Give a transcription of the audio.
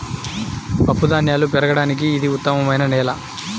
పప్పుధాన్యాలు పెరగడానికి ఇది ఉత్తమమైన నేల